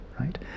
right